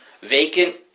vacant